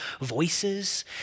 voices